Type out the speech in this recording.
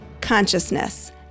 consciousness